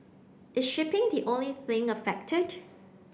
is shipping the only thing affected